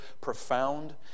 profound